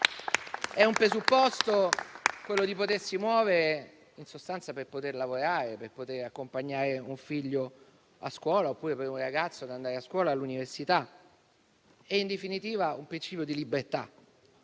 è un presupposto, quello di potersi muovere, per poter lavorare, per poter accompagnare un figlio a scuola oppure per un ragazzo andare a scuola o all'università. È in definitiva un principio di libertà.